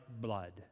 blood